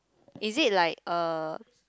is it like uh